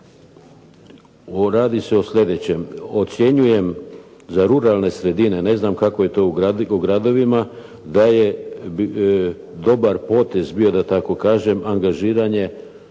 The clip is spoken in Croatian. Radi se o sljedećem. Ocjenjujem za ruralne sredine, ne znam kako je to u gradovima, da je dobar potez bio, da tako kažem angažiranje